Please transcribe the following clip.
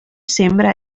sembra